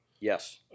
Yes